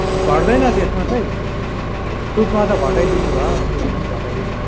घट्दैन त्यसमा चाहिँ सुटमा त घटाइदिनु भयो त्यसमा पनि घटाइदिनु भए